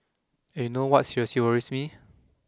and you know what seriously worries me